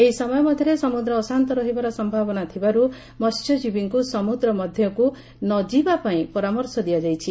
ଏହିସମୟ ମଧ୍ଘରେ ସମୁଦ୍ର ଅଶାନ୍ତ ରହିବାର ସୟାବନା ଥିବାରୁ ମଧ୍ୟଜୀବୀଙ୍ଙୁ ସମୁଦ୍ର ମଧ୍ଧକୁ ନଯିବା ପାଇଁ ପରାମର୍ଶ ଦିଆଯାଇଛି